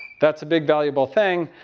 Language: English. that's a big valuable thing.